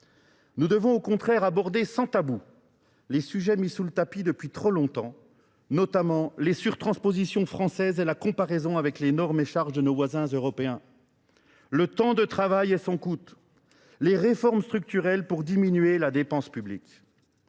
Nous devons au contraire aborder sans tabou les sujets mis sous le tapis depuis trop longtemps, notamment les surtranspositions françaises et la comparaison avec les normes et charges de nos voisins européens. le temps de travail et son coût, les réformes structurelles pour diminuer la dépense publique.